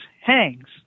hangs